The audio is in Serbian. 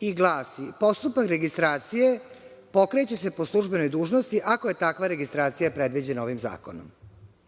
i glasi: postupak registracije pokreće se po službenoj dužnosti ako je takva registracija predviđena ovim zakonom. Naravno,